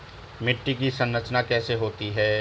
मिट्टी की संरचना कैसे होती है?